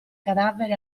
cadavere